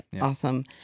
awesome